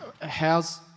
How's